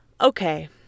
Okay